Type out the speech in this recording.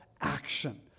action